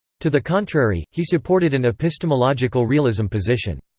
to the contrary, he supported an epistemological realism position.